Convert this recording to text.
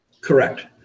Correct